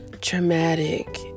traumatic